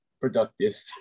productive